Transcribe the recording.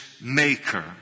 maker